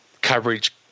coverage